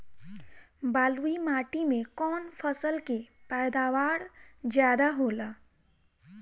बालुई माटी में कौन फसल के पैदावार ज्यादा होला?